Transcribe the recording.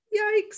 yikes